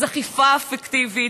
אז אכיפה אפקטיבית,